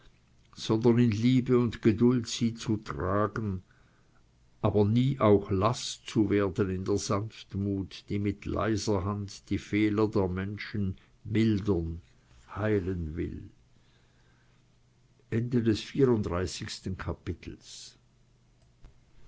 sondern in liebe und geduld sie zu tragen aber nie auch laß zu werden in der sanftmut die mit leiser hand die fehler der mitmenschen mildern heilen will